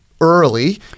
early